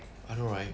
I know right